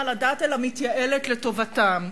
אלא מתייעלת לטובתם.